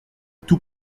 tout